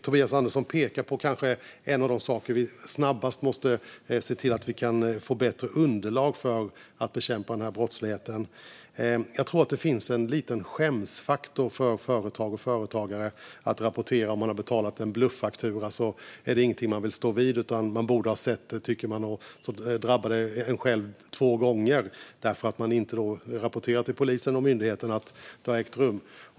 Tobias Andersson pekar på en av de saker där vi snabbast måste se till att vi kan få bättre underlag för att bekämpa brottsligheten. Jag tror att det finns en liten skämsfaktor för företag och företagare att rapportera. Om man har betalat en bluffaktura är det ingenting som man vill stå vid. Man tycker att man borde ha sett det. Det drabbar en själv två gånger därför att man inte rapporterar till polisen och myndigheten att det har ägt rum.